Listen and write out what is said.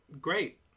Great